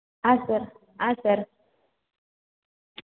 ಹಾಂ ಸರ್ ಹಾಂ ಸರ್